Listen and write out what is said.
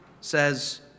says